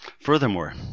Furthermore